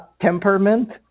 temperament